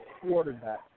quarterback